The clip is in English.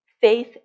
Faith